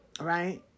right